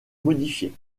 modifiées